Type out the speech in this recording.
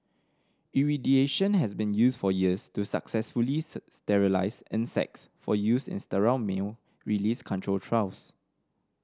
irradiation has been used for years to successfully sterilise insects for use in sterile male release control trials